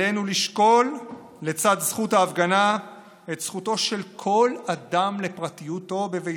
עלינו לשקול לצד זכות ההפגנה את זכותו של כל אדם לפרטיותו בביתו,